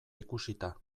ikusita